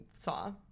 saw